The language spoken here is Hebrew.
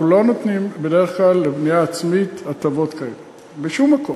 אנחנו לא נותנים בדרך כלל לבנייה עצמית הטבות כאלה בשום מקום.